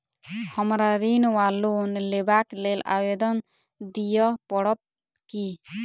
हमरा ऋण वा लोन लेबाक लेल आवेदन दिय पड़त की?